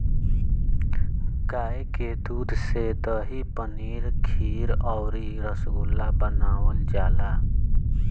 गाय के दूध से दही, पनीर खीर अउरी रसगुल्ला बनावल जाला